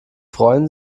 freuen